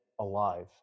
alive